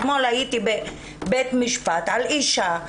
אתמול הייתי בבית משפט על אישה,